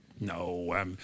No